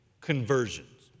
conversions